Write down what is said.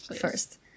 first